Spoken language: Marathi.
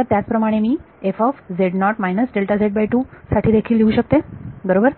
तर त्याच प्रमाणे मी साठी देखील लिहू शकते बरोबर